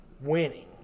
winning